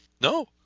No